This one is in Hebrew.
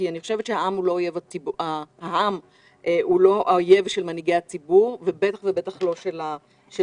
אני חושבת שהעם הוא לא האויב של מנהיגי הציבור ובטח ובטח לא של המשטרה.